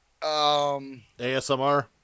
ASMR